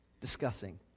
discussing